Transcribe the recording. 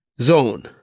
zone